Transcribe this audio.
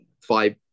five